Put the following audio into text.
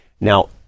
Now